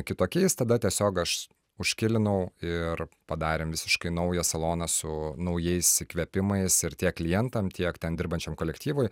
kitokiais tada tiesiog aš užkilinau ir padarėm visiškai naują saloną su naujais įkvėpimais ir tiek klientam tiek ten dirbančiam kolektyvui